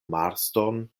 marston